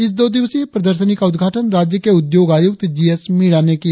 इस दो दिवसीय प्रदर्शनी का उद्घाटन राज्य के उद्योग आयुक्त जी एस मीणा ने किया